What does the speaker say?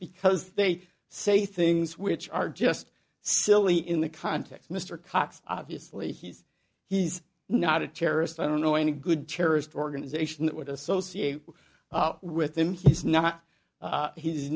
because they say things which are just silly in the context mr cox obviously he's he's not a terrorist i don't know any good terrorist organization that would associate with him he's not he's